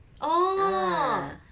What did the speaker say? orh